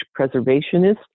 preservationist